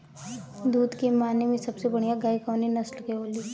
दुध के माने मे सबसे बढ़ियां गाय कवने नस्ल के होली?